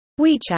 WeChat